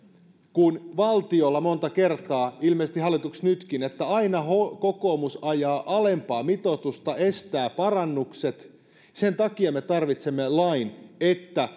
kuin valtiolla monta kertaa ilmeisesti hallituksessa nytkin että aina kokoomus ajaa alempaa mitoitusta estää parannukset sen takia me tarvitsemme lain että